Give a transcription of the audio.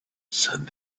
said